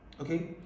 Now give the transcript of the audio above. Okay